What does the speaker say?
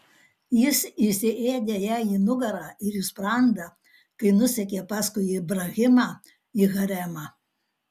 jis įsiėdė jai į nugarą ir į sprandą kai nusekė paskui ibrahimą į haremą